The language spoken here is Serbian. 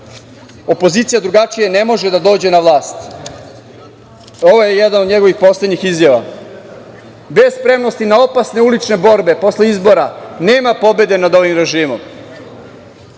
opozicija drugačije ne može da dođe na vlast. Ovo je jedna od njegovih poslednjih izjava – bez spremnosti na opasne ulične opasne borbe posle izbora nema pobede nad ovim režimom. Vuk